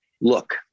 look